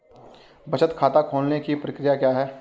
बचत खाता खोलने की प्रक्रिया क्या है?